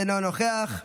אינו נוכח,